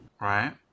Right